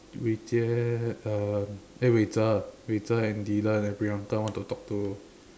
Wei Jie um eh Wei Zhe Wei Zhe and Dylan and Priyanka want to talk to